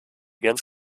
ganz